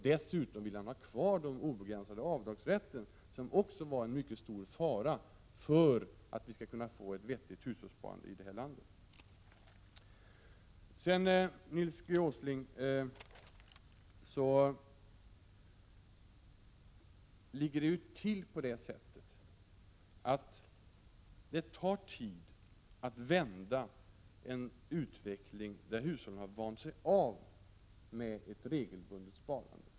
Dessutom vill han ha kvar den obegränsade avdragsrätten som också är en mycket stor fara när det gäller att få ett vettigt hushållssparande i det här landet. Nils G Åsling, det tar tid att vända en utveckling där hushållen har vant sig av med ett regelbundet sparande.